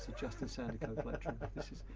justin sandercoe collection.